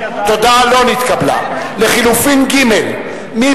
ההסתייגות לחלופין א'